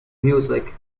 music